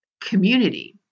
community